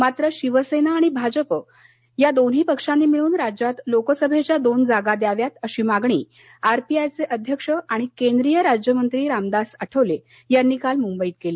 मात्र शिवसेना आणि भाजप या दोन्ही पक्षांनी मिळून राज्यात लोकसभेच्या दोन जागा द्याव्यात अशी मागणी आरपीआयचे अध्यक्ष आणि केंद्रीय राज्यमंत्री रामदास आठवले यांनी काल मुंबईत केली